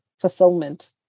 fulfillment